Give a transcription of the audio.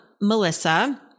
Melissa